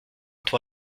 tour